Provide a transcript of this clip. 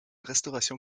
restauration